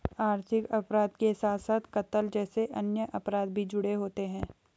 आर्थिक अपराध के साथ साथ कत्ल जैसे अन्य अपराध भी जुड़े होते हैं